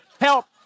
help